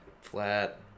Flat